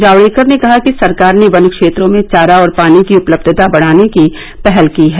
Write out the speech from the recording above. जावडेकर ने कहा कि सरकार ने वन क्षेत्रों में चारा और पानी की उपलब्यता बढाने की पहल की है